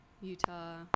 Utah